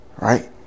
right